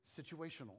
situational